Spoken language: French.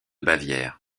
bavière